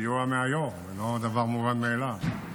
סיוע מהיו"ר, זה לא דבר מובן מאליו.